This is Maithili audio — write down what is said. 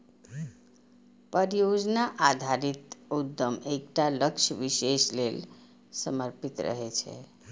परियोजना आधारित उद्यम एकटा लक्ष्य विशेष लेल समर्पित रहै छै